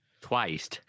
Twice